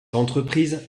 entreprise